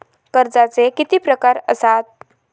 कर्जाचे किती प्रकार असात?